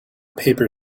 paper